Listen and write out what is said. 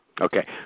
Okay